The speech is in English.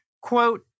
quote